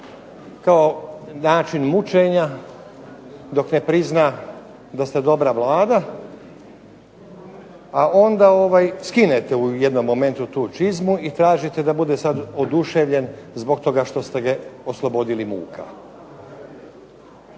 kao način mučenja dok ne prizna da ste dobra Vlada, a onda u jednom momentu skinete tu čizmu i tražite da bude oduševljen zbog toga što ste ga oslobodili muka.